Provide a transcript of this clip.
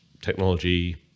technology